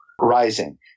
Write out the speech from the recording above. Rising